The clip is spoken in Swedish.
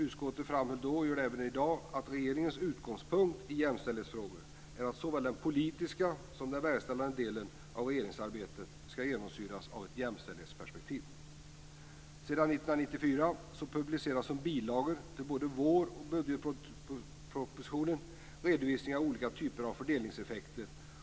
Utskottet framhöll då och gör det även i dag att regeringens utgångspunkt i jämställdhetsfrågor är att såväl den politiska som den verkställande delen av regeringsarbetet ska genomsyras av ett jämställdhetsperspektiv. Sedan 1994 publiceras som bilagor till vår och budgetpropositionerna redovisningar av olika typer av fördelningseffekter.